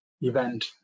event